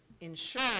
ensure